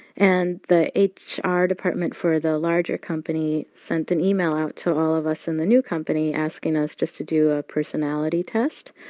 and the ah hr department for the larger company sent an email out to all of us in the new company, asking us just to do a personality test.